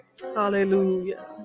Hallelujah